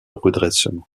redressement